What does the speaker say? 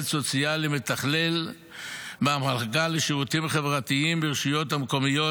סוציאלי מתכלל מהמחלקה לשירותים חברתיים ברשויות המקומיות,